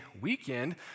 weekend